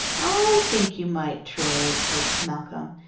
i think you might trade, coaxed malcolm.